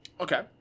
Okay